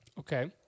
okay